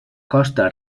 costa